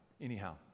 anyhow